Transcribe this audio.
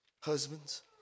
husbands